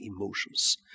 emotions